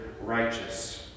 righteous